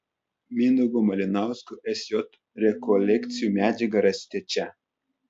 mindaugo malinausko sj rekolekcijų medžiagą rasite čia